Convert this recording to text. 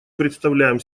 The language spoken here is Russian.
представляем